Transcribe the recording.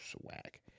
swag